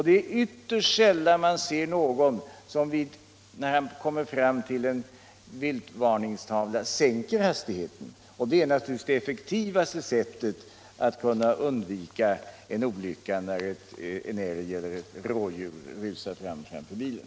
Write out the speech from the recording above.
Det är ytterst sällan man ser att någon, när han kommer fram till en viltvarningstavla, sänker hastigheten — vilket naturligtvis är det riktigaste sättet att undvika en olycka då en älg eller ett rådjur rusar upp framför bilen.